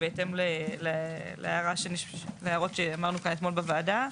בהתאם להערות שאמרנו כאן אתמול בוועדה,